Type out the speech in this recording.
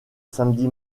samedi